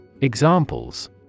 Examples